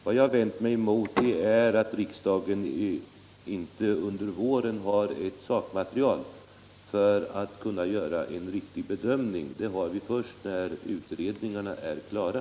Vad jag vänder mig emot är att riksdagen inte under våren har ett sakmaterial för att kunna göra en riktig bedömning. Ett sådant material finns först när utredningarna är klara.